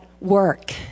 work